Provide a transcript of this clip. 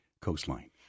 Coastline